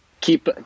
keep